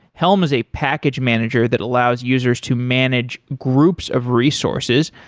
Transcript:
helm is a package manager that allows users to manage groups of resources.